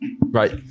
right